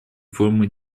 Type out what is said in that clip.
формы